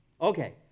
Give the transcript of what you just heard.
okay